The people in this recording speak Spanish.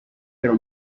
pero